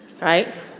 Right